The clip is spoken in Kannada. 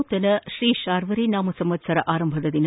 ನೂತನ ಶ್ರೀ ಶಾರ್ವರಿ ನಾಮ ಸಂವತ್ಲರ ಆರಂಭದ ದಿನ